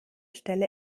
stelle